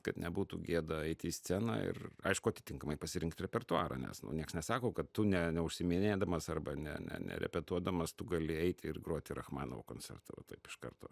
kad nebūtų gėda eit į sceną ir aišku atitinkamai pasirinkt repertuarą nes nu nieks nesako tu ne neužsiiminėdamas arba ne ne nerepetuodamas tu gali eiti ir groti rachmaninovo koncertą va taip iš karto